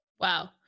Wow